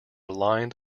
aligned